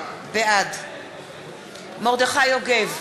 בעד מרדכי יוגב,